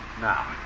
now